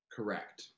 Correct